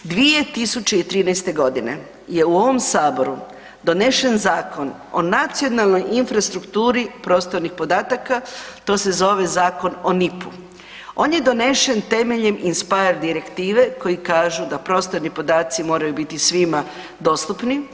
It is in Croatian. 2013. godine je u ovom saboru donesen Zakon o nacionalnoj infrastrukturi prostornih podataka, to se zove Zakon o NIPP-u, on je donesen temeljem INSPIRE direktive koji kažu da prostorni podaci moraju biti svima dostupni.